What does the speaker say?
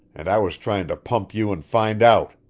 and i was tryin' to pump you and find out!